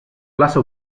plaça